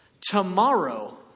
Tomorrow